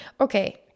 okay